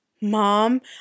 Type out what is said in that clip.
Mom